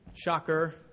Shocker